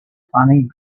funny